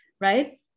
right